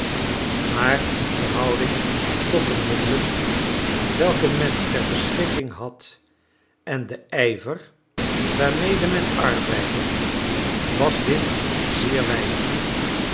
maar in verhouding tot de middelen welke men ter beschikking had en den ijver waarmede men arbeidde was dit zeer weinig